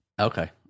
Okay